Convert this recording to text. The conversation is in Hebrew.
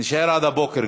נישאר גם עד הבוקר.